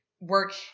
work